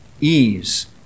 ease